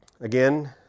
Again